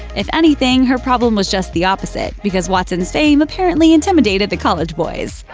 if anything, her problem was just the opposite because watson's fame apparently intimidated the college boys.